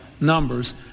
numbers